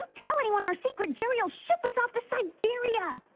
tell anyone our secret jerry i'll shut this off the siberia.